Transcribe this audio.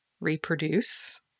reproduce